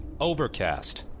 Overcast